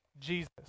jesus